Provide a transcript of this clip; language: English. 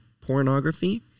pornography